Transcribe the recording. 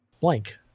blank